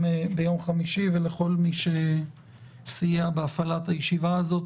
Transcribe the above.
חמישי ולכל מי שסייע בהפעלת הישיבה הזאת,